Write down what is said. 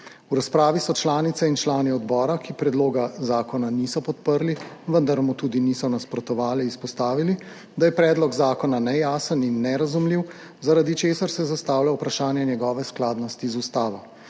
V razpravi so članice in člani odbora, ki predloga zakona niso podprli, vendar mu tudi niso nasprotovali, izpostavili, da je predlog zakona nejasen in nerazumljiv, zaradi česar se zastavlja vprašanje njegove skladnosti z ustavo.